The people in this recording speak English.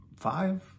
five